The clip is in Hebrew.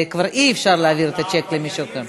כבר אי-אפשר להעביר את הצ'ק למישהו אחר.